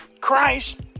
Christ